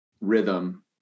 rhythm